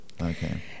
Okay